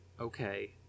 okay